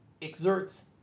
exerts